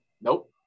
Nope